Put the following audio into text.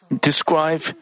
describe